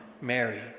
Mary